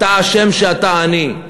אתה אשם שאתה עני.